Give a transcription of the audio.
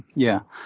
yeah.